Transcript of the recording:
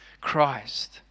Christ